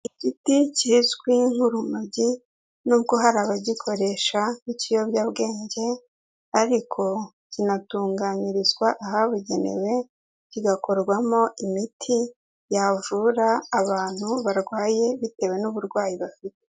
Igiti kizwi nk'urumogi, nubwo hari abagikoresha nk'ikiyobyabwenge, ariko kinatunganyirizwa ahabugenewe, kigakorwamo imiti yavura abantu barwaye, bitewe n'uburwayi bafite.